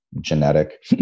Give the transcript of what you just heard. genetic